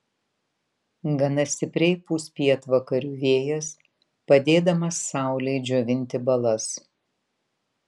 gana stipriai pūs pietvakarių vėjas padėdamas saulei džiovinti balas